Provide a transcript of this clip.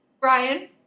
Brian